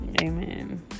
Amen